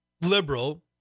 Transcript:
liberal